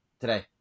today